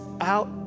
out